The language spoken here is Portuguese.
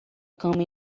cama